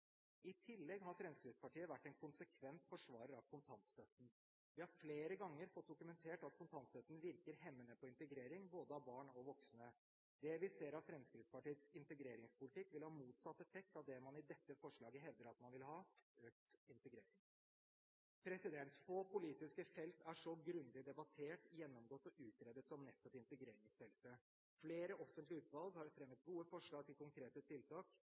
I tillegg har Fremskrittspartiet vært en konsekvent forsvarer av kontantstøtten. Vi har flere ganger fått dokumentert at kontantstøtten virker hemmende på integrering av både barn og voksne. Det vi ser av Fremskrittspartiets integreringspolitikk, vil ha motsatt effekt av det man i dette forslaget hevder man vil ha – økt integrering. Få politiske felt er så grundig debattert, gjennomgått og utredet som nettopp integreringsfeltet. Flere offentlige utvalg har fremmet gode forslag til konkrete tiltak.